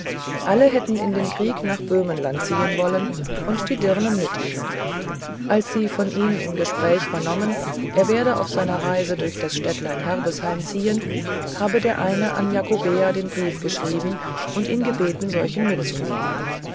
alle hätten in den krieg nach böhmenland ziehen wollen und die dirnen mit ihnen als sie von ihm im gespräch vernommen er werde auf seiner reise durch das städtlein herbesheim ziehen habe der eine an jakobea den brief geschrieben und ihn gebeten solchen mitzunehmen